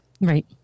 Right